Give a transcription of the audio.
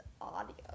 audio